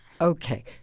Okay